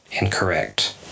incorrect